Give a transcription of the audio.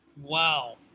Wow